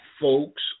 folks